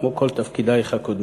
כמו את כל תפקידייך הקודמים.